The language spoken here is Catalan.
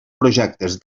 projectes